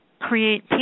create